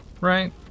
right